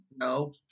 no